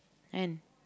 and